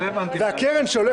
זו קרן העושר שכולם דברו עליה,